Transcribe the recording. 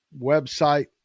website